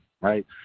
right